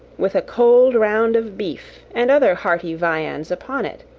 with a cold round of beef and other hearty viands upon it,